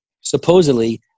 supposedly